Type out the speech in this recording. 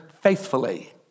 faithfully